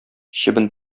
чебен